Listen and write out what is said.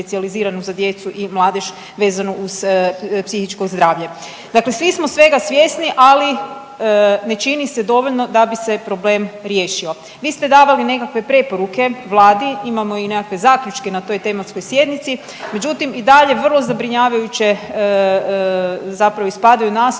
za djecu i mladež vezano uz psihičko zdravlje. Dakle, svi smo svega svjesni, ali ne čini se dovoljno da bi se problem riješio. Vi ste davali nekakve preporuke Vlade, imamo i nekakve zaključke na toj tematskoj sjednici međutim i dalje vrlo zabrinjavajuće zapravo ispadaju naslove